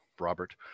Robert